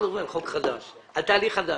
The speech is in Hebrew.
אנחנו מדברים על חוק חדש, על תהליך חדש,